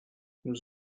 nous